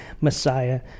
Messiah